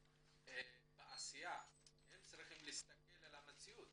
שבעשייה הם צריכים להסתכל על המציאות